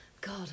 god